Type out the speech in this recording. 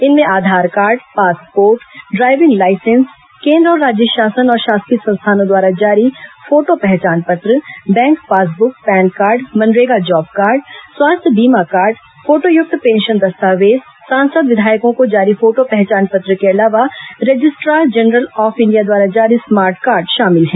इनमें Aadhaar card passport driving licence केन्द्र और राज्य शासन और शासकीय संस्थानों द्वारा जारी फोटो पहचान पत्र bank passbook PAN card MNREGA job card स्वास्थ्य बीमा कार्ड फोटोयुक्त पेंशन दस्तावेज सांसद विधायकों को जारी फोटो पहचान पत्र के अलावा रजिस्ट्रार जनरल ऑफ इंडिया द्वारा जारी स्मार्ट कार्ड शामिल हैं